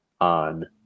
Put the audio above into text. on